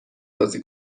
بازی